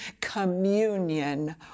communion